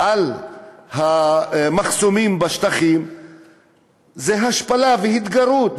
במחסומים בשטחים זה השפלה והתגרות,